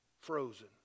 frozen